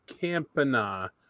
Campana